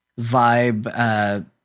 vibe